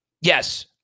Yes